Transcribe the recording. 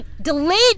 Delete